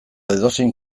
edozein